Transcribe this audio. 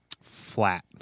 flat